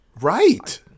Right